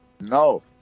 No